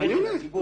האם הציבור ידע?